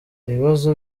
ibibazo